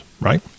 right